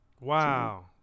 Wow